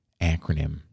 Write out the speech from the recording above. acronym